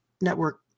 network